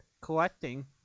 collecting